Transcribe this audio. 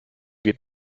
geht